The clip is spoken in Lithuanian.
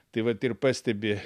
tai vat ir pastebi